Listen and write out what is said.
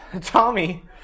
Tommy